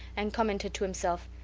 and commented to himself,